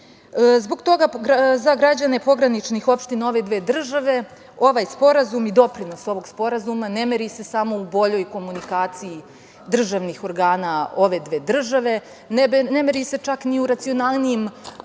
toga za građane pograničnih opština ove dve države ovaj sporazum i doprinos ovog sporazuma ne meri se samo u boljoj komunikaciji državnih organa ove dve države, ne meri se čak ni u racionalnijem